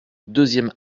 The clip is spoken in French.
deuxième